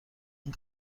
این